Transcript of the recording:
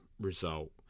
result